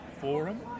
forum